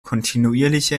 kontinuierliche